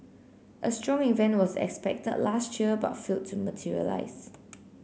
a strong event was expected last year but failed to materialise